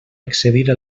excedir